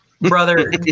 Brother